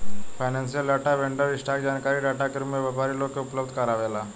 financial data vendor, stock जानकारी data के रूप में व्यापारी लोग के उपलब्ध कारावेला